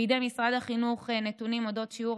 בידי יש משרד החינוך נתונים על שיעור